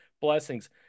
blessings